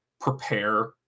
prepare